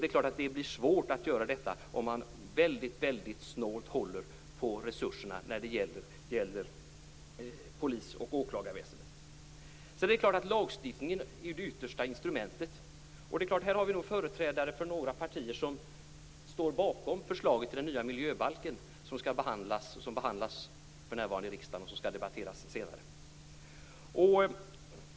Det är klart det blir svårt att göra detta om man håller väldigt hårt på resurserna när det gäller polis och åklagarväsende. Lagstiftningen är det yttersta instrumentet. Här i kammaren har vi företrädare från några partier som står bakom det förslag till en ny miljöbalk som för närvarande behandlas i riksdagen och som skall debatteras senare.